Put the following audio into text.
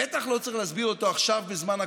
בטח לא צריך להסביר אותו עכשיו, בזמן הקורונה.